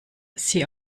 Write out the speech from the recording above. sie